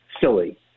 Silly